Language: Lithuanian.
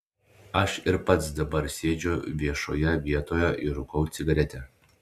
aš ir pats dabar sėdžiu viešoje vietoje ir rūkau cigaretę